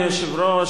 אדוני היושב-ראש,